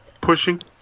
Pushing